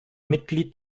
mitglied